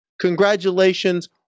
congratulations